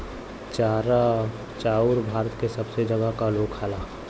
चाउर भारत के सबै जगह क लोग खाला